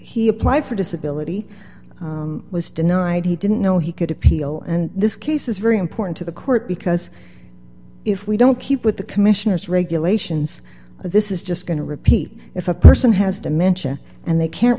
he applied for disability was denied he didn't know he could appeal and this case is very important to the court because if we don't keep with the commissioner's regulations this is just going to repeat if a person has dementia and they can't